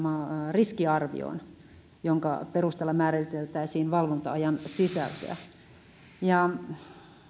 riskiarvioon jonka perusteella määriteltäisiin valvonta ajan sisältöä ja